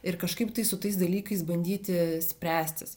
ir kažkaip tai su tais dalykais bandyti spręstis